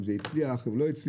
אם זה הצליח אם זה לא הצליח,